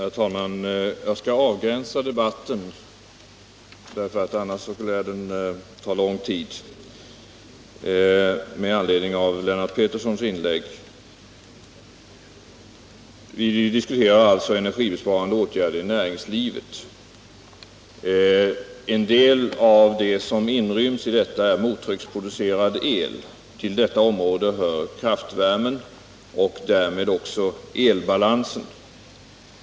Herr talman! Med anledning av Lennart Petterssons inlägg skall jag avgränsa den här debatten, annars lär den ta lång tid. Vi diskuterar alltså energibesparande åtgärder i näringslivet. En del av det som inryms i detta är mottrycksproducerad el. Till det området hör kraftvärmen och därmed också elbalansen.